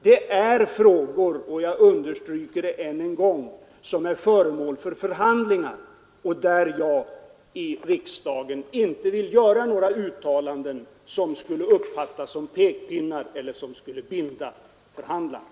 Det är frågor — jag understryker det än en gång — som är föremål för förhandlingar och där jag inte i riksdagen vill göra några uttalanden som skulle uppfattas som pekpinnar eller som skulle binda förhandlarna.